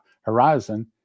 Horizon